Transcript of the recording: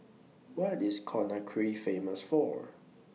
What IS Conakry Famous For